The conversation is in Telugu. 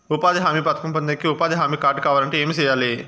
ఉపాధి హామీ పథకం పొందేకి ఉపాధి హామీ కార్డు కావాలంటే ఏమి సెయ్యాలి?